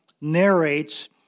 narrates